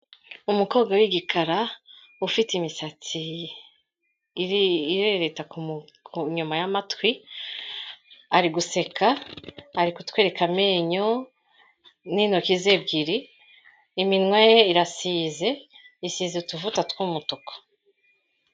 Umukobwa w'igikara, ufite imisatsi irereta inyuma y'amatwi, ari guseka, ari kutwereka amenyo n'intoki ze ebyiri, iminwa ye irasize, isize utuvuta tw'umutuku.